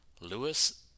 Lewis